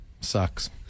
Sucks